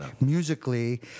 musically